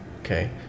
Okay